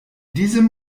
diesem